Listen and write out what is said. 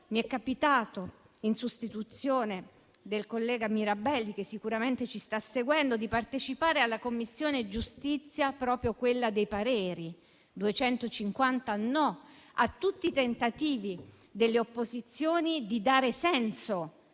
Mi è capitato, in sostituzione del collega Mirabelli che sicuramente ci sta seguendo, di partecipare alla seduta della Commissione giustizia con l'espressione dei pareri: 250 no a tutti i tentativi delle opposizioni di dare senso